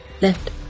left